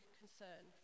concern